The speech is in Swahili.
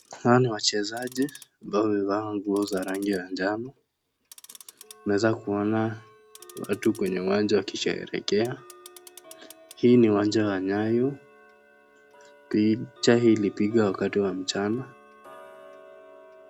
Hawa ni wachezaji ambao wamevaa nguo za rangi ya njano unaweza kuona watu kwenye uwanja wakisherekea. Hii ni uwanja wa Nyayo, picha hii ilipigwa wakati wa mchana.